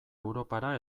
europara